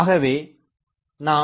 ஆகவே நாம்